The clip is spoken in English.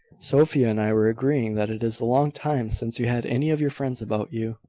sophia and i were agreeing that it is a long time since you had any of your friends about you.